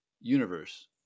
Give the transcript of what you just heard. universe